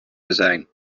azijn